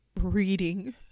reading